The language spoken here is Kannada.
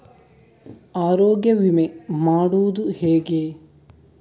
ಆರೋಗ್ಯ ವಿಮೆ ಮಾಡುವುದು ಹೇಗೆ?